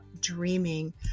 dreaming